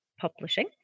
Publishing